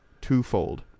twofold